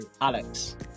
Alex